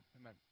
Amen